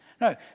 No